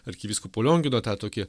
arkivyskupo liongino tą tokį